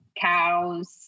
cows